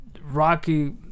rocky